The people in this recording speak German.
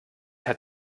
hat